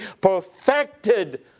perfected